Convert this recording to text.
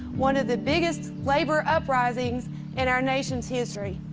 one of the biggest labor uprisings in our nation's history.